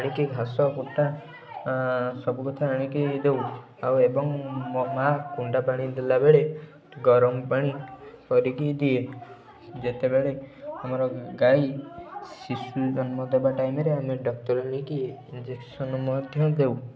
ଆଣିକି ଘାସ କୁଟା ସବୁକଥା ଆଣିକି ଦେଉ ଆଉ ଏବଂ ମୋ ମାଆ କୁଣ୍ଡା ପାଣି ଦେଲାବେଳେ ଗରମ ପାଣି କରିକି ଦିଏ ଯେତେବେଳେ ଆମର ଗାଈ ଶିଶୁ ଜନ୍ମ ଦେବା ଟାଇମ୍ରେ ଆମେ ଡକ୍ଟର ନେଇକି ଇଞ୍ଜେକ୍ସନ୍ ମଧ୍ୟ ଦେଉ